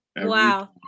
Wow